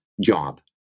job